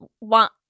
want